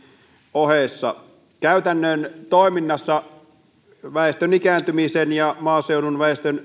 ohessa käytännön toiminnassa väestön ikääntymisen ja maaseudun väestön